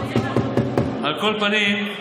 על כל פנים,